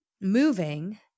moving